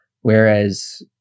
Whereas